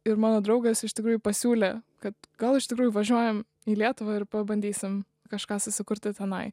ir mano draugas iš tikrųjų pasiūlė kad gal iš tikrųjų važiuojam į lietuvą ir pabandysim kažką susikurti tenai